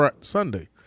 Sunday